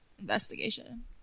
investigation